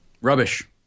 Rubbish